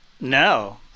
No